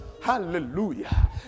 Hallelujah